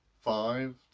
five